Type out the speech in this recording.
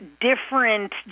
different